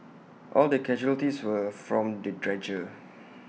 all the casualties were from the dredger